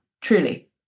truly